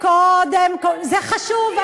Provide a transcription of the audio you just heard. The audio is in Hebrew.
זה חשוב,